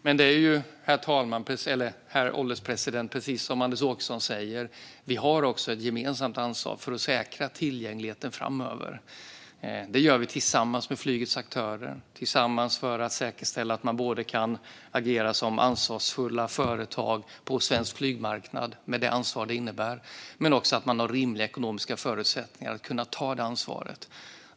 Men det är också precis som Anders Åkesson säger, herr ålderspresident: Vi har också ett gemensamt ansvar för att säkra tillgängligheten framöver, och det ansvaret tar vi. Tillsammans med flygets aktörer säkerställer vi att man kan agera som ansvarsfulla företag på svensk flygmarknad, med det ansvar det innebär, men också att man har rimliga ekonomiska förutsättningar att kunna ta det ansvaret.